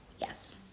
Yes